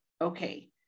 okay